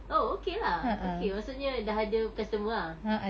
oh okay lah okay maksudnya dah ada customer ah